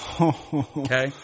Okay